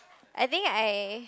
I think I